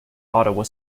ottawa